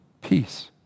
Peace